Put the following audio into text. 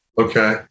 Okay